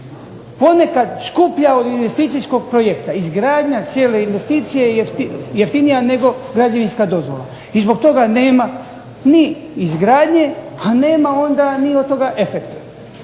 ponekad skuplja od investicijskog projekta. Izgradnja cijele investicije je jeftinija nego građevinska dozvola i zbog toga nema ni izgradnji, a nema onda ni od toga efekta.